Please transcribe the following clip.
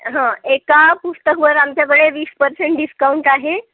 हं एका पुस्तकावर आमच्याकडे वीस पर्सेंट डिस्काउंट आहे